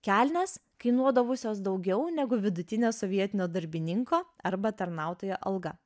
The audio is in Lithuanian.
kelnės kainuodavusios daugiau negu vidutinė sovietinio darbininko arba tarnautojo alga